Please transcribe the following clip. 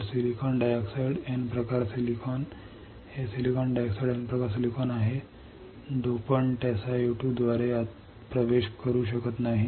तर silicon dioxide N प्रकार silicon हे सिलिकॉन डायऑक्साइड N प्रकार सिलिकॉन आहे डोपंट SiO2 द्वारे आत प्रवेश करू शकत नाही